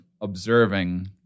observing